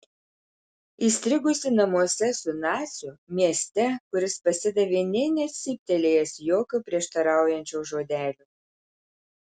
įstrigusi namuose su naciu mieste kuris pasidavė nė necyptelėjęs jokio prieštaraujančio žodelio